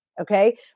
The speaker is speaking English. okay